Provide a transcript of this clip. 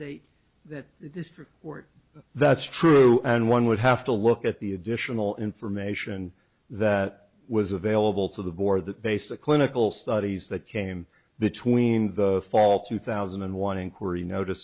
date that district court that's true and one would have to look at the additional information that was available to the board that based a clinical studies that came between the fall two thousand and one inquiry notice